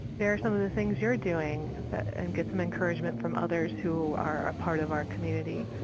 there are some of the things you're doing and get some encouragement from others who are a part of our community.